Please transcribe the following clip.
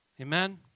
Amen